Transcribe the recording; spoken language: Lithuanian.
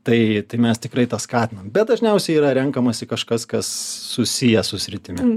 tai tai mes tikrai tą skatinam bet dažniausiai yra renkamasi kažkas kas susiję su sritimi